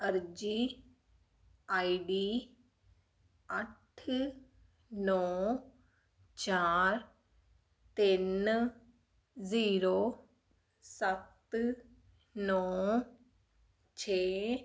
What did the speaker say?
ਅਰਜ਼ੀ ਆਈਡੀ ਅੱਠ ਨੌਂ ਚਾਰ ਤਿੰਨ ਜ਼ੀਰੋ ਸੱਤ ਨੌਂ ਛੇ